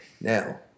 Now